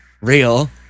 Real